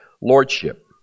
lordship